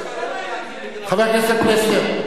אתה, אתה מאפשר להם את זה.